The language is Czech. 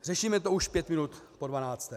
Řešíme to už pět minut po dvanácté.